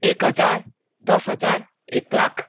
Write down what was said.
एक हजार दस हजार एक लाख